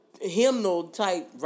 hymnal-type